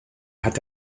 hat